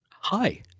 Hi